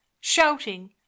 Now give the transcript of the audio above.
shouting